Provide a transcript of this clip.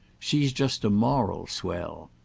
she's just a moral swell.